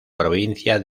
provincia